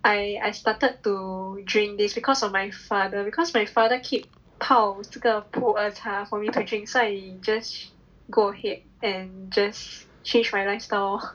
I I started to drink this because of my father because my father keep 泡这个普洱茶 for me to drink so I just go ahead and just change my lifestyle